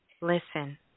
Listen